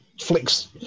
flicks